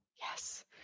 Yes